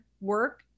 work